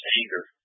anger